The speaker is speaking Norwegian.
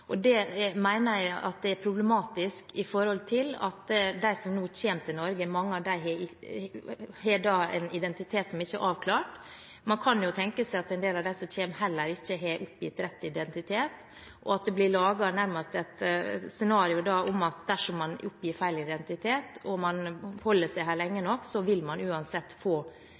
Det mener jeg er problematisk i forhold til at mange av dem som kommer til Norge, har en identitet som ikke er avklart. Man kan tenke seg at en del av dem som kommer, heller ikke har oppgitt riktig identitet, og at det blir laget nærmest et scenario om at dersom man oppgir feil identitet, og man holder seg her lenge nok, vil man til slutt uansett få